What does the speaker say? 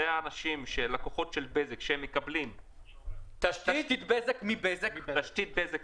אלה לקוחות של בזק שמקבלים תשתית בזק מבזק.